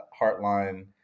Heartline